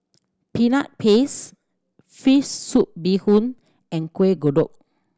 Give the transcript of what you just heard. Peanut Paste fish soup bee hoon and Kueh Kodok